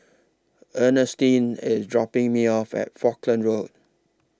Earnestine IS dropping Me off At Falkland Road